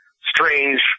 strange